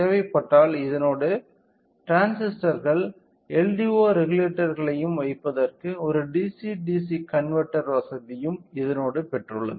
தேவைப்பட்டால் இதனோடு டிரான்சிஸ்டர்கள் LDO ரெகுலேட்டர்களையும் வைப்பதற்கு ஒரு DC DC கன்வெர்ட்டர் வசதியும் இதனோடு பெற்றுள்ளது